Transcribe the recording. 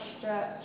stretch